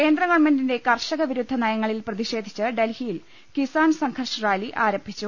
കേന്ദ്ര ഗവൺമെന്റിന്റെ കർഷക വിരുദ്ധ നയങ്ങളിൽ പ്രതി ഷേധിച്ച് ഡൽഹിയിൽ കിസാൻ സംഘർഷ് റാലി ആരംഭിച്ചു